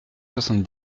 soixante